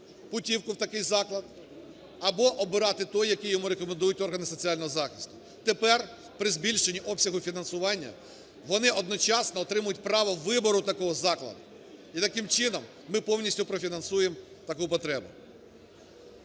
путівку в такий заклад, або обирати той, який йому рекомендують органи соціального захисту. Тепер при збільшенні обсягу фінансування вони одночасно отримують право вибору такого закладу, і, таким чином, ми повністю профінансуємо таку потребу.